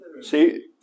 See